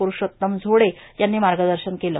पुरूषोत्तम मोडे यांनी मार्गदर्शन केलं